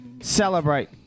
celebrate